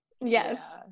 yes